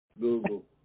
Google